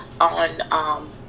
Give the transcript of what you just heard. on